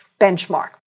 benchmark